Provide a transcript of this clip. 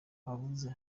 avuze